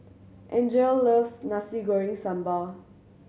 Angele loves Nasi Goreng Sambal